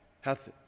hath